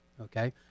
okay